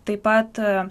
taip pat